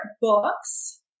books